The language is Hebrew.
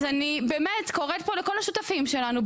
אני באמת קוראת פה לכל השותפים שלנו,